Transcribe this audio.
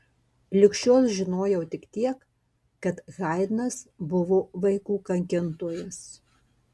lig šiol žinojau tik tiek kad haidnas buvo vaikų kankintojas